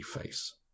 face